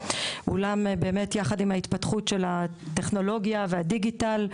ואולי באמת ביחד עם התפתחות הטכנולוגיה והדיגיטל,